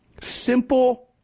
Simple